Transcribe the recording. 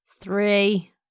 Three